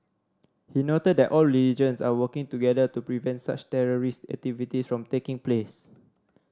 he noted that all religions are working together to prevent such terrorist activities from taking place